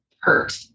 hurt